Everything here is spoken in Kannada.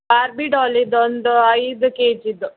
ಬಾರ್ಬಿ ಡಾಲಿದು ಒಂದು ಐದು ಕೇ ಜಿದು